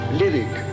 lyric